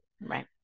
Right